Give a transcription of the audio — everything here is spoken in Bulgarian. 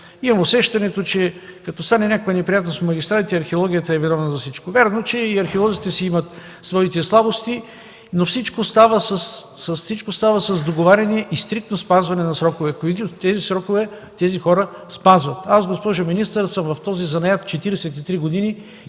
Имам усещането, че като стане някаква неприятност по магистралите, археологията е виновна за всичко. Вярно, че и археолозите си имат своите слабости, но всичко става с договаряне и стриктно спазване на срокове, които срокове тези хора спазват. Аз, госпожо министър, съм в този занаят 43 години.